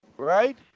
right